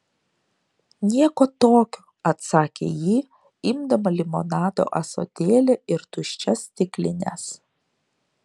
nieko tokio atsakė ji imdama limonado ąsotėlį ir tuščias stiklines